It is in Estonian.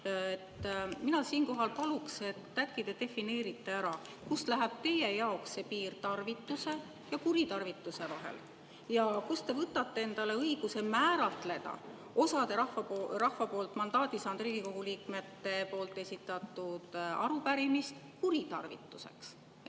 Mina siinkohal paluksin, et äkki te defineerite ära, kust läheb teie jaoks see piir tarvituse ja kuritarvituse vahel. Ja kust te võtate endale õiguse määratleda osa rahva käest mandaadi saanud Riigikogu liikmete esitatud arupärimist kui kuritarvitust?